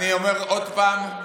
אני אומר עוד פעם,